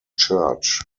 church